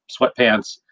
sweatpants